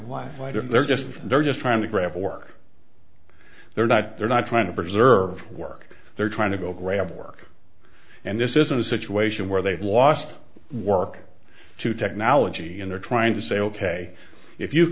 know they're just they're just trying to grab the work they're not they're not trying to preserve work they're trying to go grab work and this isn't a situation where they've lost work to technology and they're trying to say ok if you